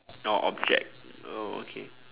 oh object oh okay